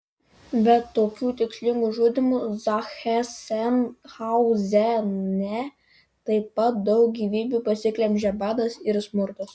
be tokių tikslingų žudymų zachsenhauzene taip pat daug gyvybių pasiglemžė badas ir smurtas